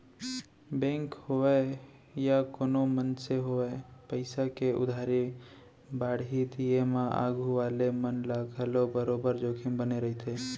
bank होवय या कोनों मनसे होवय पइसा के उधारी बाड़ही दिये म आघू वाले मन ल घलौ बरोबर जोखिम बने रइथे